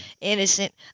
innocent